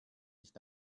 ich